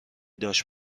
داشت